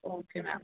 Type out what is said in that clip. okay ma'am